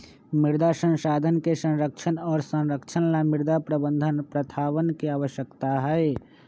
मृदा संसाधन के संरक्षण और संरक्षण ला मृदा प्रबंधन प्रथावन के आवश्यकता हई